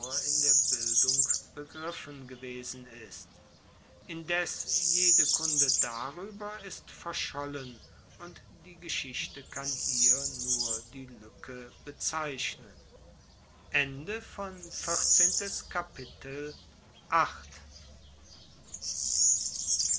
in der bildung begriffen gewesen ist indes jede kunde darueber ist verschollen und die geschichte kann hier nur die luecke bezeichnen